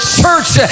church